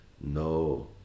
No